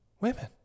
women